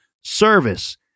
service